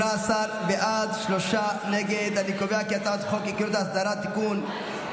ההצעה להעביר את הצעת חוק עקרונות האסדרה (תיקון,